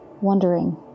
wondering